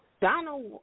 Donald